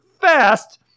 fast